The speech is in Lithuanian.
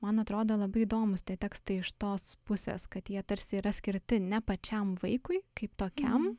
man atrodo labai įdomūs tie tekstai iš tos pusės kad jie tarsi yra skirti ne pačiam vaikui kaip tokiam